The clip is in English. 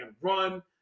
run